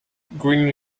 greene